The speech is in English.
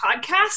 podcast